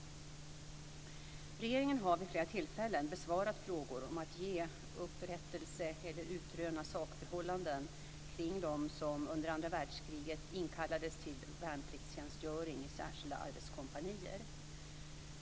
Regeringen har vid flera tillfällen besvarat frågor om att ge upprättelse av eller utröna sakförhållandena kring dem som under andra världskriget inkallades till värnpliktstjänstgöring i särskilda arbetskompanier.